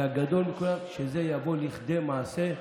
והגדול מכולם, שזה יבוא לכדי מעשה.